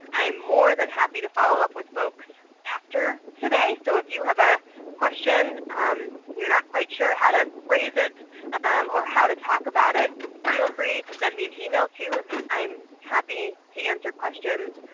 i'm more than happy to follow up with folks after today. so if you have a question and you're not quite sure how to phrase it or how to talk about it, feel free to send me an email too. and i'm happy to answer questions